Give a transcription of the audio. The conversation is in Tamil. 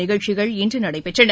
நிகழ்ச்சிகள் இன்று நடைபெற்றன